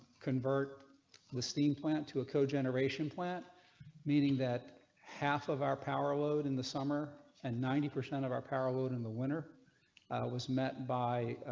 convert the steam plant to a cogeneration plant meeting that half of our power load in the summer and ninety percent of our parallel in and the winter was met by.